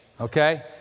okay